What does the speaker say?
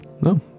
No